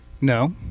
No